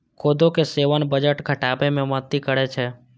कोदो के सेवन वजन घटाबै मे मदति करै छै